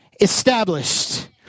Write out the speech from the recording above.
established